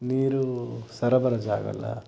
ನೀರು ಸರಬರಾಜಾಗಲ್ಲ